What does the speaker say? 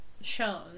shown